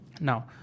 Now